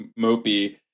mopey